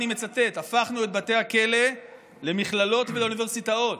אני מצטט: הפכנו את בתי הכלא למכללות ולאוניברסיטאות.